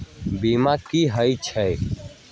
बीमा कि होई छई?